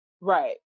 Right